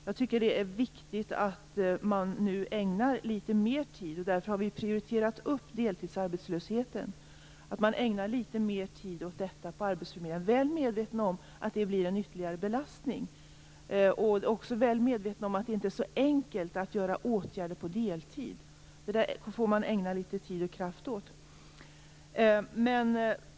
Jag tycker att det är viktigt att man nu ägnar litet mer tid åt deltidsarbetslösheten på arbetsförmedlingarna, och därför har vi prioriterat upp den. Jag är väl medveten om att det blir en ytterligare belastning. Jag är också väl medveten om att det inte är så enkelt att vidta åtgärder på deltid. Detta får man ägna litet tid och kraft åt.